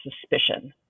suspicion